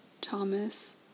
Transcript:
Thomas